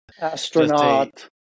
Astronaut